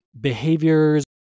behaviors